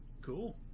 Cool